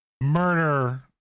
murder